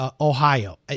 Ohio